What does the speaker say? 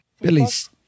Billy's